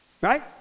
right